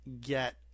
get